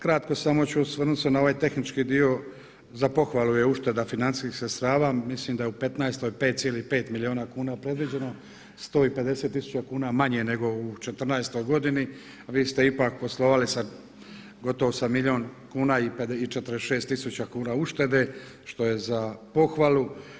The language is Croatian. Kratko ću se samo osvrnuti na ovaj tehnički dio, za pohvalu je ušteda financijskih sredstava, mislim da je 2015. 5,5 milijuna kuna predviđeno 150 tisuća kuna manje nego u 2014. godini, a vi ste ipak poslovali gotovo sa milijun kuna i 46 tisuća kuna uštede što je za pohvalu.